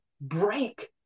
break